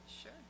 Sure